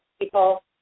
people